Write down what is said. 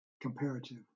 comparative